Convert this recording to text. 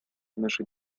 наша